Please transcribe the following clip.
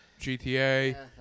GTA